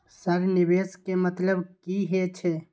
Sir निवेश के मतलब की हे छे?